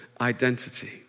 identity